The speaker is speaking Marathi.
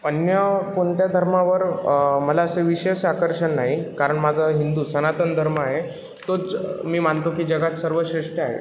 अन्य कोणत्या धर्मावर मला असं विशेष आकर्षण नाही कारण माझा हिंदू सनातन धर्म आहे तोच मी मानतो की जगात सर्वश्रेष्ठ आहे